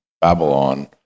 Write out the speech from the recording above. babylon